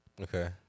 Okay